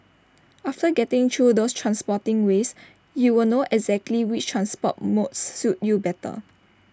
after getting through those transporting ways you will know exactly which transport modes suit you better